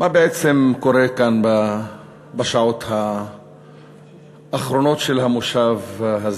מה בעצם קורה כאן בשעות האחרונות של המושב הזה?